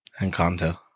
Encanto